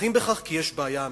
תומכים בכך כי יש בעיה אמיתית.